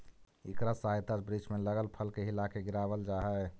इकरा सहायता से वृक्ष में लगल फल के हिलाके गिरावाल जा हई